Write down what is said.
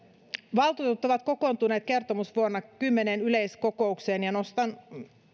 valtuutetut ovat kokoontuneet kertomusvuonna kymmeneen yleiskokoukseen ja nostan